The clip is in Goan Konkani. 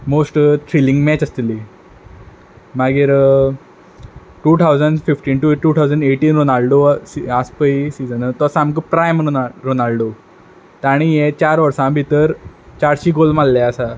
मोस्ट थ्रीलींग मॅच आसतली मागीर two thousand fifteen to two thousand eighteen Ronaldo सी आसा पळय सिजन तो सामको प्रायम नोना रोनाल्डो तांणी ये चार वर्सां भितर चारशी गोल माल्ले आसा